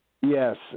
Yes